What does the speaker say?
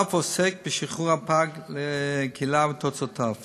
ואף עוסק בשחרור הפג לקהילה, ותוצאותיו